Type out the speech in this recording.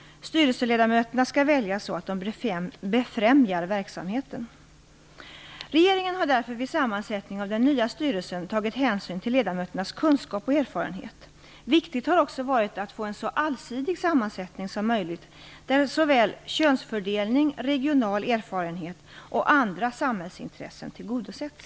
Styrelseledamöterna skall väljas så att de befrämjar verksamheten. Regeringen har därför vid sammansättningen av den nya styrelsen tagit hänsyn till ledamöternas kunskap och erfarenhet. Det har också varit viktigt att få en så allsidig sammansättning som möjligt där såväl könsfördelning, regional erfarenhet och andra samhällsintressen tillgodosetts.